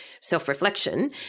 self-reflection